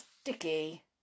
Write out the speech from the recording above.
sticky